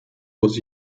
was